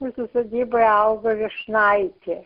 mūsų sodyboje augo vyšnaitė